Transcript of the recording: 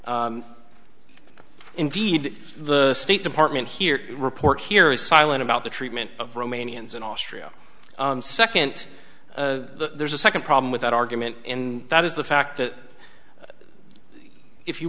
that indeed the state department here report here is silent about the treatment of romanians in austria and second there's a second problem with that argument in that is the fact that if you